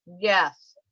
yes